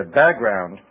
background